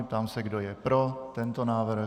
Ptám se, kdo je pro tento návrh.